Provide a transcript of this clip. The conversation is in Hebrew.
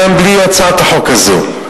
גם בלי הצעת החוק הזאת.